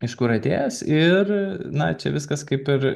iš kur atėjęs ir na čia viskas kaip ir